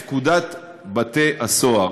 לפקודת בתי-הסוהר.